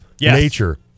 nature